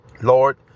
Lord